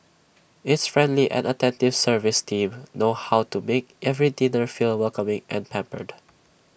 its friendly and attentive service team know how to make every diner feel welcoming and pampered